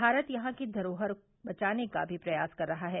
भारत यहां की धरोहर बचाने का भी प्रयास कर रहा है